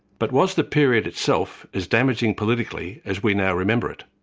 but was the period itself as damaging politically as we now remember it?